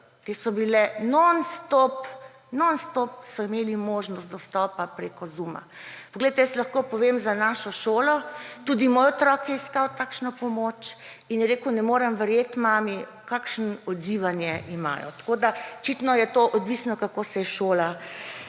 so imeli možnost dostopa prek Zooma. Poglejte, jaz lahko povem za našo šolo, tudi moj otrok je iskal takšno pomoč in je rekel: »Ne morem verjeti, mami, kakšno odzivanje imajo.« Tako da je očitno to odvisno, kako se je šola